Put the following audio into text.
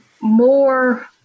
more